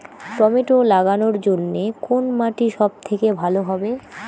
Tomato লাগানোর জন্যে কোন মাটি সব থেকে ভালো হবে?